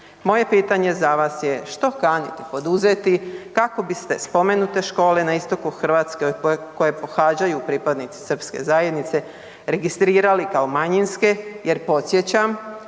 Moje pitanje za vas je što kanite poduzeti kako biste spomenute škole na istoku Hrvatske koje pohađaju pripadnici srpske zajednice, registrirali kao manjinske, jer podsjećam,